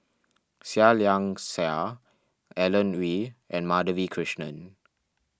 Seah Liang Seah Alan Oei and Madhavi Krishnan